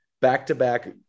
back-to-back